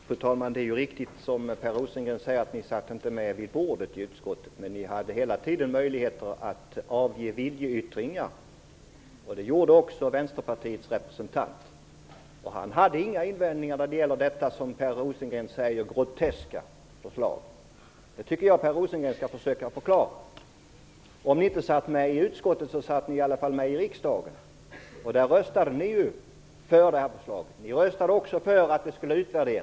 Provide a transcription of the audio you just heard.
Fru talman! Det är riktigt, som Per Rosengren säger, att ni i Vänsterpartiet inte satt med vid bordet i utskotten. Men ni hade hela tiden möjlighet att avge viljeyttringar. Det gjorde er representant, och han hade inga invändningar när det gällde detta "groteska förslag", som Per Rosengren kallar det. Jag tycker att Per Rosengren skall försöka förklara det. Om ni inte satt med i utskottet satt ni i alla fall i riksdagen. Här röstade ni ju för det här förslaget och också för att det skulle utvärderas.